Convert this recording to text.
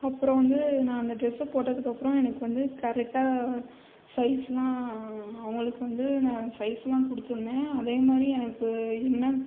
அப்புறம் வந்து நான் அந்த ட்ரெஸை போட்டதுக்கப்புறம் எனக்கு வந்து கரெக்டாக சைஸெலாம் அவர்களுக்கு வந்து நான் சைஸெலாம் கொடுத்துருந்தேன் அதே மாதிரி எனக்கு என்ன